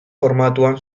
formatuan